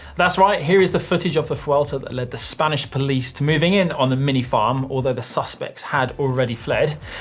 that's right, here is the footage of the vuelta that led the spanish police to moving on the mini-farm, although the suspects had already fled.